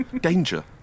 Danger